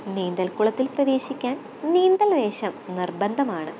നീന്തല്ക്കുളത്തില് പ്രവേശിക്കാന് നീന്തല്വേഷം നിര്ബന്ധമാണ്